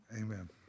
Amen